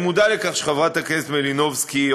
אני מודע לכך שחברת הכנסת מלינובסקי,